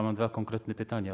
Mam dwa konkretne pytania.